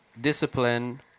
discipline